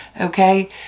okay